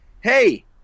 Hey